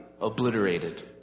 obliterated